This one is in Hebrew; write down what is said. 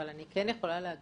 אבל אני כן יכולה להגיד